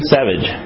Savage